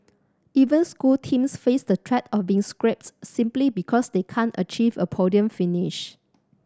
even school teams face the threat of being scrapped simply because they can't achieve a podium finish